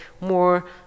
more